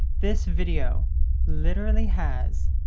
this video literally has